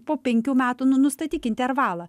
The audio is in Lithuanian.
po penkių metų nu nustatyk intervalą